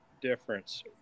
difference